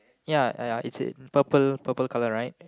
ya ya it is purple purple colour right